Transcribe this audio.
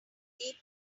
python